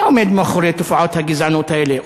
מי עומד מאחורי תופעות הגזענות האלה?